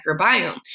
microbiome